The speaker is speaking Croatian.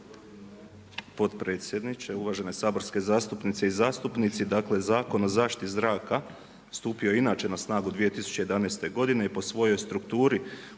Potpredsjedniče, uvažene saborske zastupnice i zastupnici. Dakle, Zakon o zaštiti zraka stupio i inače na snagu 2011. godine i po svojoj strukturi